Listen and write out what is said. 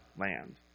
land